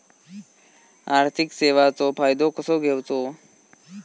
आर्थिक सेवाचो फायदो कसो घेवचो?